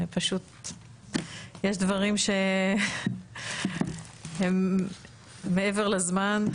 פשוט יש דברים שהם מעבר לזמן,